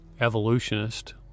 evolutionist